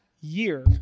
year